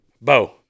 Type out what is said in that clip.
Bo